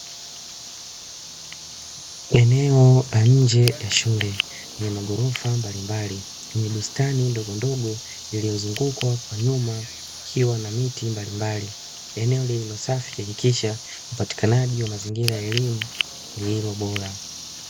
Eneo la nje ya shule lenye magorofa mbalimbali lenye bustani ndogo ndogo iliyozungukwa kwa nyuma ikiwa na miti mbalimbali eneo lililosafi shilikisha upatikanaji wa mazingira ya elimu ilio bora